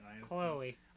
Chloe